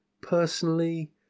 Personally